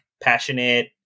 passionate